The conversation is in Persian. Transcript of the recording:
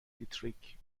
دیتریک